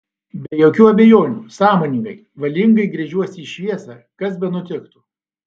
be jokių abejonių sąmoningai valingai gręžiuosi į šviesą kas benutiktų